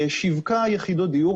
שיווקה יחידות דיור,